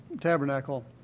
tabernacle